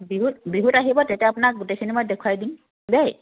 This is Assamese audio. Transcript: বিহুত বিহুত আহিব তেতিয়া আপোনাক গোটেইখিনি মই দেখুৱাই দিম দেই